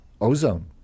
ozone